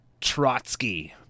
Trotsky